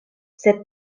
sed